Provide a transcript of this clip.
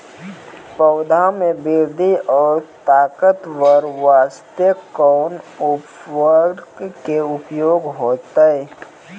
पौधा मे बृद्धि और ताकतवर बास्ते कोन उर्वरक के उपयोग होतै?